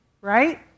right